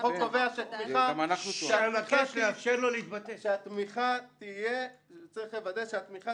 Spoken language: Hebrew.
הרבה מאוד אומנים קשה להם להגיע לוועדת החינוך של הכנסת ולהגיד את עמדתם